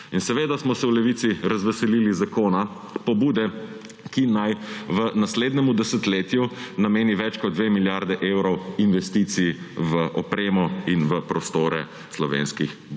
Seveda smo se v Levici razveselili zakona, pobude, ki naj v naslednjem desetletju nameni več kot 2 milijardi evrov investicij v opremo in v prostore slovenskih